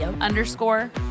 underscore